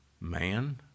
Man